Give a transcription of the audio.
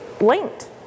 linked